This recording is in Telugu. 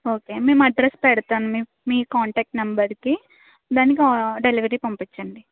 ఓకే మేము అడ్రస్ పెడతాను మీ మీ కాంటాక్ట్ నెంబర్కి దానికి ఆ డెలివరీ పంపించండి